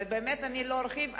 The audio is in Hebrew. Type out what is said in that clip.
לא ארחיב,